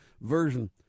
version